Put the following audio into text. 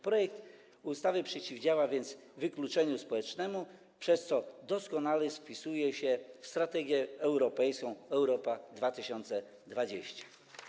Projekt ustawy przeciwdziała więc wykluczeniu społecznemu, przez co doskonale wpisuje się w strategię europejską „Europa 2020”